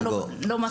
אבל לא מספיק.